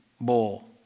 bowl